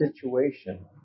situation